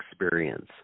experience